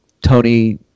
Tony